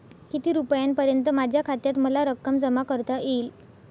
किती रुपयांपर्यंत माझ्या खात्यात मला रक्कम जमा करता येईल?